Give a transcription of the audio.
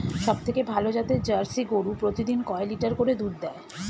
সবথেকে ভালো জাতের জার্সি গরু প্রতিদিন কয় লিটার করে দুধ দেয়?